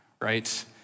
right